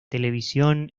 televisión